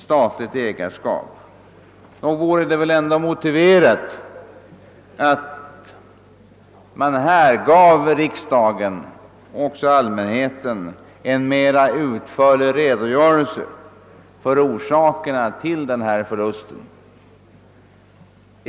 Nog vore det ändå motiverat att riksdagen och allmänheten fick en mera utförlig redogörelse för orsakerna till denna förlust.